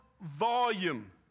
volume